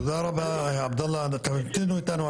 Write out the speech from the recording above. תודה רבה עבדאללה, תמתינו איתנו.